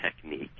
Technique